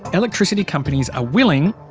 electricity companies are willing,